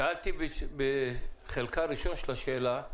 שאלתי בחלק הראשון של השאלה,